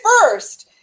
first